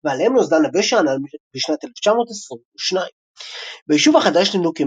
ועליהם נוסדה נווה שאנן בשנת 1922. ביישוב החדש נבנו